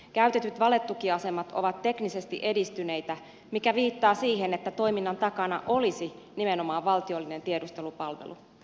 käytetyt valetukiasemat ovat teknisesti edistyneitä mikä viittaa siihen että toiminnan takana olisi nimenomaan valtiollinen tiedustelupalvelu